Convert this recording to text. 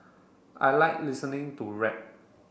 I like listening to rap